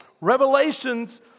Revelations